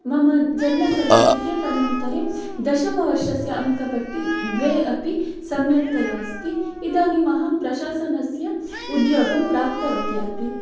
मम जन्म सर्टिफिकेट् अनन्तरं दशमवर्षस्य अङ्कपट्टि द्वयमपि सम्यकतया अस्ति इदानीं अहं प्रशासनस्य उद्योगं प्राप्तवती अपि